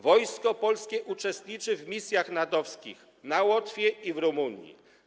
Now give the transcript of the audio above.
Wojsko Polskie uczestniczy w misjach NATO-wskich na Łotwie i w Rumunii.